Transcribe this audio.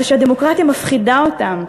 אבל הדמוקרטיה מפחידה אותם,